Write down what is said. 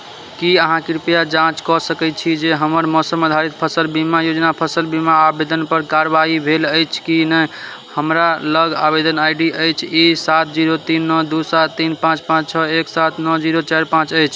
की अहाँ कृपया जाँच कऽ सकैत छी जे हमर मौसम आधारित फसल बीमा योजना फसल बीमा आवेदनपर कार्रवाइ भेल अछि की नहि हमरा लग आवेदन आइ डी अछि ई सात जीरो तीन नओ दू सात तीन पाँच पाँच छओ एक सात नओ जीरो चारि पाँच अछि